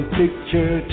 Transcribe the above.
picture